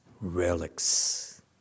Relics